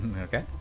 Okay